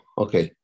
okay